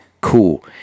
cool